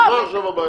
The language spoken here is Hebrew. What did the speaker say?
אז מה עכשיו הבעיה?